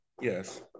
Yes